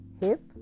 hip